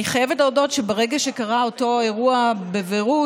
אני חייבת להודות שברגע שקרה אותו אירוע בביירות,